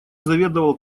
заведовал